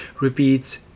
repeats